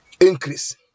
increase